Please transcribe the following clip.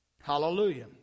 Hallelujah